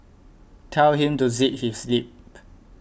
tell him to zip his lip